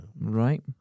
Right